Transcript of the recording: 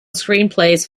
screenplays